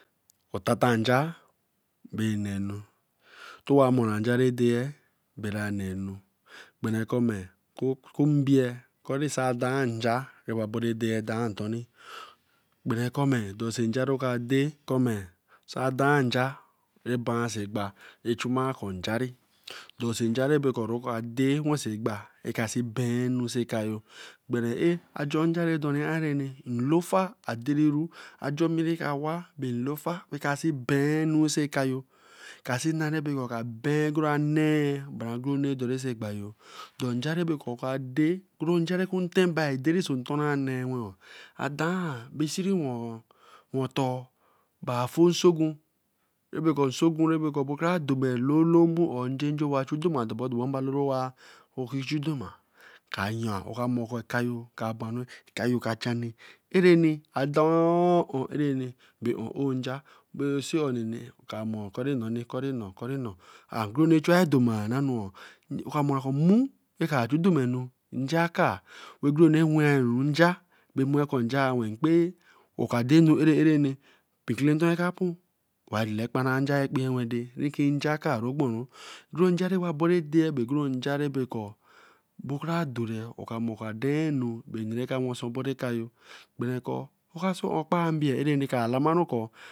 Otata nja bae na nu towa mor nja ra deyo. bira nanu berako okun mbia kori sai dan nja oba bori dei dan ntoni berekor jaro nja rokade. ko sai nja ra ban sey egba e chuma kor njari dosee nja ra ka dei wen so egba ben anu so kaya. Ba fu nsogun owa chu doma, oka mor ekayo ka chani, adan on arani bae onee owe nja. kori nonee. kori no nmu kra chu doranu ra wenru nja denu are are, mpee kele ton ka pun. oka kpanae nja ka dei, njakar ogbonru. Goren jar ba baere dei bae kor bae ka dorie oka omo ko adanu raka wenso oboru ekayo doso